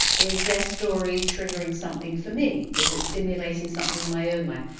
is their story triggering something for me, is it stimulating something in my own life?